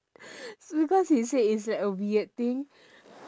because he said it's like a weird thing